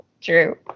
True